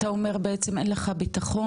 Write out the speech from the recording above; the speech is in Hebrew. אתה אומר בעצם אין לך ביטחון,